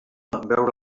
veure